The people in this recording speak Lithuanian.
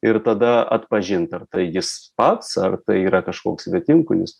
ir tada atpažint ar tai jis pats ar tai yra kažkoks svetimkūnis